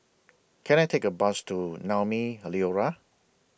Can I Take A Bus to Naumi Liora